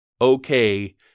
okay